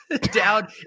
down